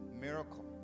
miracle